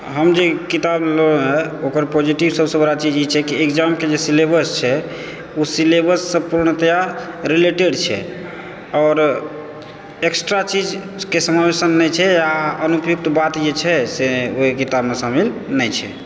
हम जे ई किताब लेलहुँ रहऽ ओकर पॉजिटिव सबसँ बड़ा चीज ई छै कि एग्जामके जे सिलेबस छै ओ सिलेबस से पूर्णतया रिलेटेड छै आओर एक्स्ट्रा चीजके समावेशन नहि छै आ अनुपयुक्त बात जे छै से ओहि किताबमे शामिल नहि छै